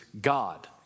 God